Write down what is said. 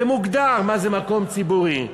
זה מוגדר מה זה מקום ציבורי,